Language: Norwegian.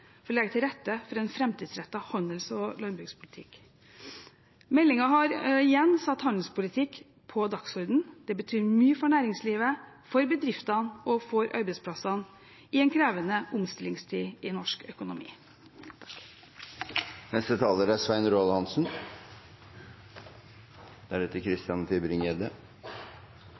for å legge til rette for en framtidsrettet handels- og landbrukspolitikk. Meldingen har igjen satt handelspolitikk på dagsordenen. Det betyr mye for næringslivet, for bedriftene og for arbeidsplassene i en krevende omstillingstid i norsk økonomi.